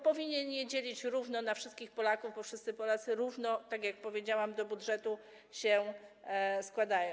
Powinien je dzielić równo między wszystkich Polaków, bo wszyscy Polacy równo, tak jak powiedziałam, na budżet się składają.